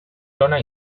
tona